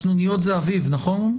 הסנוניות זה אביב, נכון?